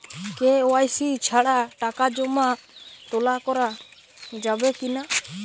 KYC ছাড়া টাকা জমা তোলা করা যাবে কি না?